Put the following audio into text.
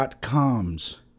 Coms